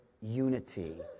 unity